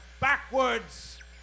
backwards